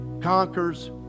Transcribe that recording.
conquers